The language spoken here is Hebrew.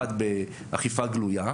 אחד, באכיפה גלויה.